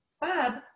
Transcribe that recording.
Bub